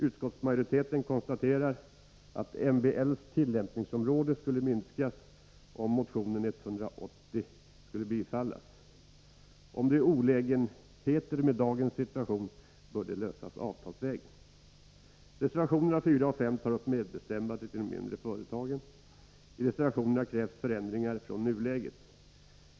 Utskottsmajoriteten konstaterar att MBL:s tillämpningsområde skulle minskas om motion 181 skulle bifallas. Om det finns olägenheter i dagens situation, bör dessa klaras av avtalsvägen. Reservationerna 4 och 5 tar upp frågan om medbestämmandets utformning i de mindre företagen. I reservationerna krävs förändringar av nuläget.